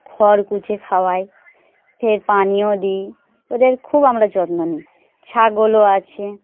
খড় কুচে খাওয়াই ফের পানিও দিই ওদের খুব আমরা যত্ন নিই ছাগলও আছে